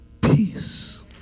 peace